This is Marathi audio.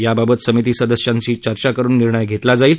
याबाबत समिती सदस्यांशी चर्चा करून निर्णय घेतला जाईल